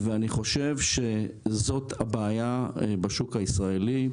אני חושב שזו הבעיה בשוק הישראלי.